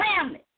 family